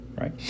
right